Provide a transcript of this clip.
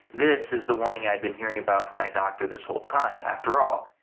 this is the warning i had been hearing about from my doctor this whole time. after all,